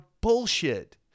bullshit